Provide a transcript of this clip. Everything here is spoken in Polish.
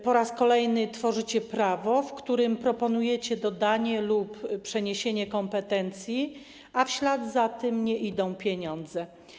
Po raz kolejny tworzycie prawo, w którym proponujecie dodanie lub przeniesienie kompetencji, a w ślad za tym nie idą pieniądze.